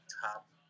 top